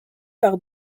par